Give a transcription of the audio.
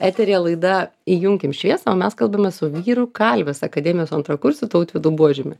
eteryje laida įjunkim šviesą o mes kalbame su vyrų kalvės akademijos antrakursiu tautvydu buožiumi